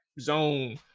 zone